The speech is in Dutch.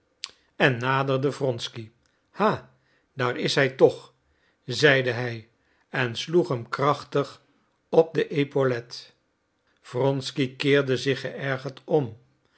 en naderde wronsky ha daar is hij toch zeide hij en sloeg hem krachtig op de epaulet wronsky keerde zich geërgerd om